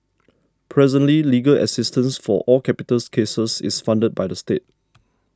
presently legal assistance for all capital cases is funded by the state